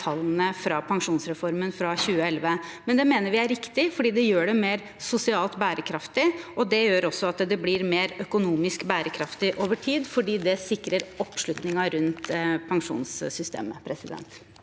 tallene fra pensjonsreformen fra 2011. Det mener vi er riktig fordi det gjør det mer sosialt bærekraftig. Det gjør også at det blir mer økonomisk bærekraftig over tid, fordi det sikrer oppslutningen rundt pensjonssystemet. Presidenten